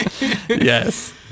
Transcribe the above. Yes